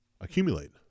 accumulate